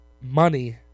money